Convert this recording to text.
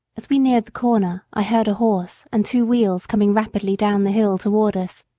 as we neared the corner i heard a horse and two wheels coming rapidly down the hill toward us.